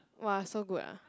!wah! so good arh